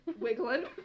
Wiggling